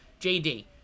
JD